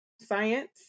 Science